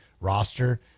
roster